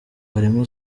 harimo